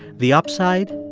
the upside,